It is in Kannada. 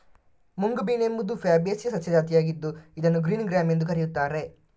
ಮುಂಗ್ ಬೀನ್ ಎಂಬುದು ಫ್ಯಾಬೇಸಿಯ ಸಸ್ಯ ಜಾತಿಯಾಗಿದ್ದು ಇದನ್ನು ಗ್ರೀನ್ ಗ್ರ್ಯಾಮ್ ಎಂದೂ ಕರೆಯುತ್ತಾರೆ